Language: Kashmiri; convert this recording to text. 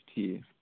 ٹھیٖک